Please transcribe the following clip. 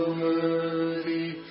worthy